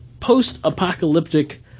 Post-apocalyptic